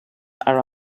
are